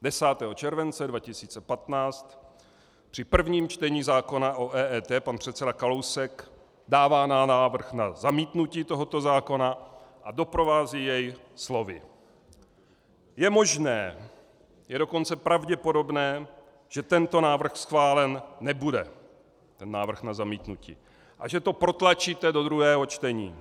10. července 2015 při prvním čtení zákona o EET pan předseda Kalousek dává návrh na zamítnutí tohoto zákona a doprovází jej slovy: Je možné, je dokonce pravděpodobné, že tento návrh schválen nebude, ten návrh na zamítnutí, a že to protlačíte do druhého čtení.